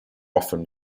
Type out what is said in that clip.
often